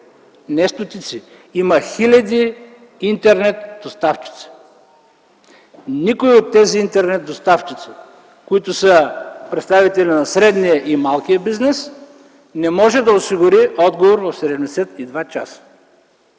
знаем. Има хиляди интернет-доставчици. Никой от тези интернет-доставчици, които са представители на средния и малкия бизнес, не може да осигури отговор за 72 часа.